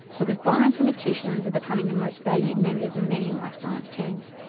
because bioinformaticians are becoming the most valued members of many life science teams,